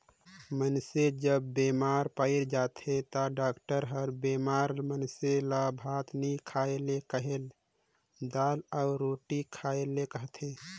मइनसे जब बेमार पइर जाथे ता डॉक्टर हर बेमार मइनसे ल भात नी खाए ले कहेल, दाएल अउ रोटी खाए ले कहथे